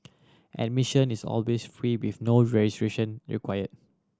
admission is always free with no registration require